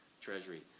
Treasury